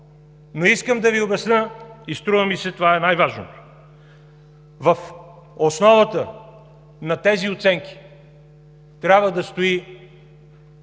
Искам да Ви обясня и, струва ми се, това е най-важното: в основата на тези оценки трябва да стои